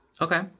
Okay